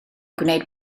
gwneud